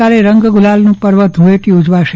આવતીકાલે ગુલાલનું પર્વ ધળુટી ઉજવાશે